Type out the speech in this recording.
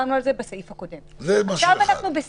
בסעיף הקודם דיברנו על הגבלת כניסה ויציאה.